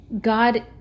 God